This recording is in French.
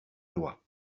loi